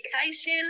education